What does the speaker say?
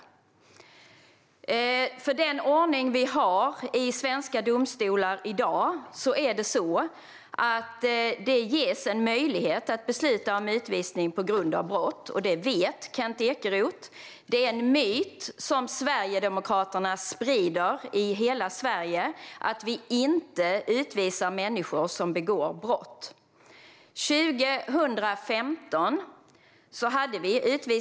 Enligt den ordning vi har i svenska domstolar i dag ges det möjlighet att besluta om utvisning på grund av brott, och det vet Kent Ekeroth. Det är en myt som Sverigedemokraterna sprider i hela Sverige att vi inte utvisar människor som begår brott.